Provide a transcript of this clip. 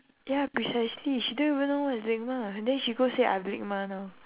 ya precisely she don't even know what is LIGMA then she go say I have LIGMA now